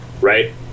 Right